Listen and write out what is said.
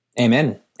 amen